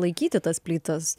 laikyti tas plytas